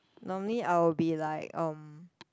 normally I will be like um